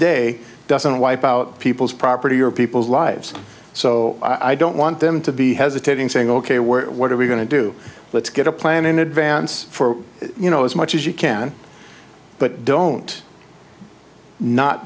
day doesn't wipe out people's property or people's lives so i don't want them to be hesitating saying ok we're what are we going to do let's get a plan in advance for you know as much as you can but don't not